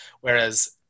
whereas